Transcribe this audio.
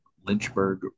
Lynchburg